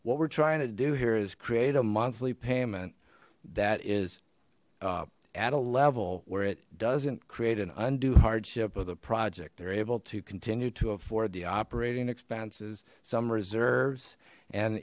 what we're trying to do here is create a monthly payment that is at a level where it doesn't create an undue hardship of the project they're able to continue to afford the operating expenses some reserves and